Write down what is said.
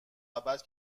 ابد